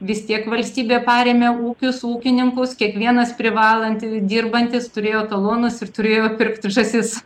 vis tiek valstybė parėmė ūkius ūkininkus kiekvienas privalanti dirbantis turėjo talonus ir turėjo pirkti žąsis